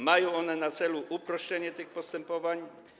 Mają one na celu uproszczenie tych postępowań.